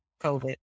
COVID